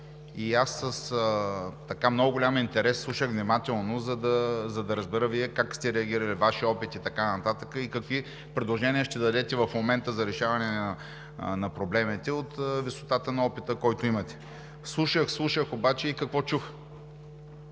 и аз с много голям интерес слушах внимателно, за да разбера Вие как сте реагирали, Вашия опит и така нататък, и какви предложения ще дадете в момента за решаване на проблемите от висотата на опита, който имате. Слушах, слушах, обаче какво чух?